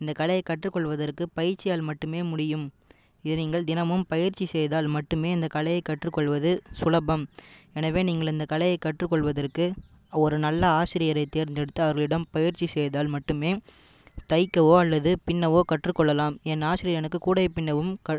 இந்த கலையை கற்று கொள்வதற்கு பயிற்சியால் மட்டுமே முடியும் இதை நீங்கள் தினமும் பயிற்சி செய்தால் மட்டுமே இந்த கலையை கற்று கொள்வது சுலபம் எனவே நீங்கள் இந்த கலையை கற்று கொள்வதற்கு ஒரு நல்ல ஆசிரியரை தேர்ந்தெடுத்து அவர்களிடம் பயிற்சி செய்தால் மட்டுமே தைக்கவோ அல்லது பின்னவோ கற்றுக் கொள்ளலாம் என் ஆசிரியர் எனக்கு கூடை பின்னவும் க